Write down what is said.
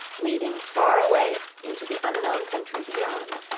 leading far away into the unknown country beyond.